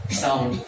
sound